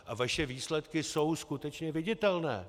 A vaše výsledky jsou skutečně viditelné.